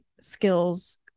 skills